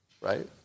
Right